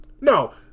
no